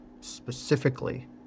specifically